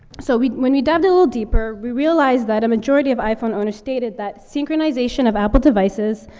so we when we dived a little deeper, we realized that a majority of iphone owners stated that synchronization of apple devices,